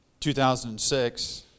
2006